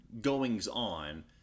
goings-on